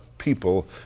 people